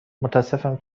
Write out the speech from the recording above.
متاسفم